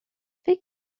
فکر